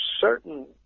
certain